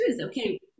Okay